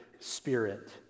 spirit